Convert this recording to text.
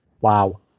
Wow